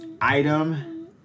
item